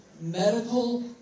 medical